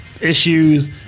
issues